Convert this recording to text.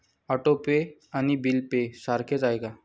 Auto pay आणि bill pay सारखेच आहे का?